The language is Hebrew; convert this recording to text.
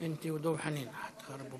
כבוד היושב-ראש, כבוד